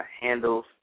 handles